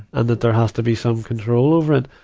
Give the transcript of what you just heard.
and that there has to be some control over it.